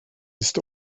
ist